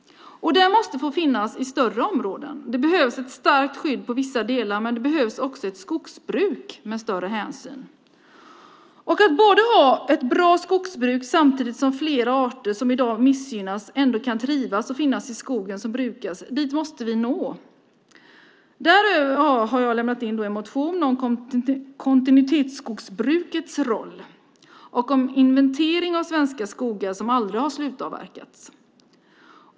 Den måste få finnas i större områden. Det behövs ett starkt skydd för vissa delar, men det behövs också ett skogsbruk med större hänsyn. Vi måste nå fram till att ha ett bra skogsbruk samtidigt som flera arter som i dag missgynnas ändå kan trivas och finnas i den skog som brukas. Därför har jag väckt en motion om kontinuitetsskogsbrukets roll och om inventering av svenska skogar som aldrig har slutavverkats.